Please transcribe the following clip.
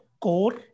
core